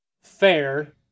fair